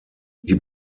die